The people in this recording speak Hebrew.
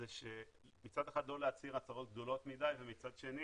זה מצד אחד לא להצהיר הצהרות גדולות מדי ומצד שני